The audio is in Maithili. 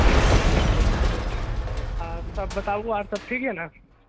बिलकुल बिलकुल बिलकुल आर सब बताबु आर सब ठीक यऽ ने